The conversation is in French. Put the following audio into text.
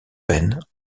peine